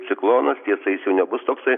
ciklonas tiesa jis jau nebus toksai